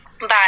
Bye